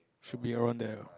should be around there